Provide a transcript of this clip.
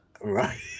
Right